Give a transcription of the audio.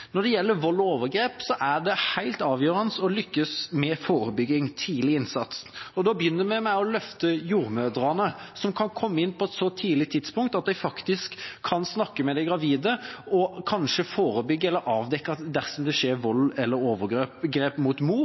Når det gjelder vold og overgrep, er det helt avgjørende å lykkes med forebygging og tidlig innsats. Vi begynner med et løft til jordmødrene, som kan komme inn på et så tidlig tidspunkt at de kan snakke med de gravide og kanskje forebygge eller avdekke at det skjer vold eller overgrep mot